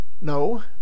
No